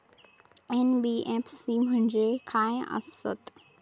NBFC म्हणजे खाय आसत?